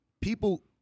people